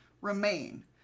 remain